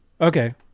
Okay